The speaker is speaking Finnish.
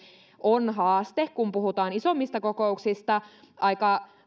on todella haaste kun puhutaan isommista kokouksista aika